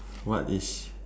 what is